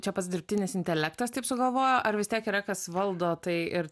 čia pats dirbtinis intelektas taip sugalvojo ar vis tiek yra kas valdo tai ir